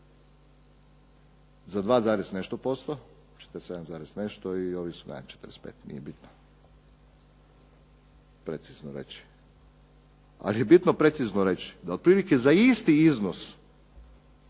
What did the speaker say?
se ne razumije./... nije bitno precizno reći. Ali je bitno precizno reći da otprilike za isti iznos